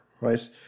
right